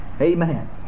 Amen